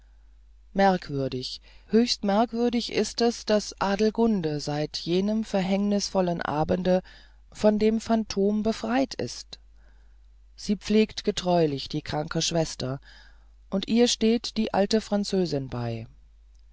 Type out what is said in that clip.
merkwürdig höchst merkwürdig ist es daß adelgunde seit jenem verhängnisvollen abende von dem phantom befreit ist sie pflegt getreulich die kranke schwester und ihr steht die alte französin bei